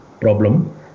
problem